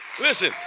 Listen